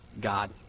God